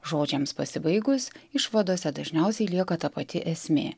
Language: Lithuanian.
žodžiams pasibaigus išvadose dažniausiai lieka ta pati esmė